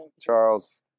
Charles